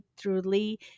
truly